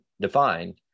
defined